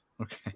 Okay